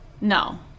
No